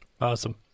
Awesome